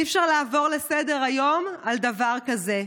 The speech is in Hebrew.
אי-אפשר לעבור לסדר-היום על דבר כזה.